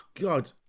God